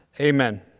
Amen